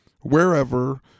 wherever